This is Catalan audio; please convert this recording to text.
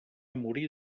morir